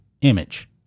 image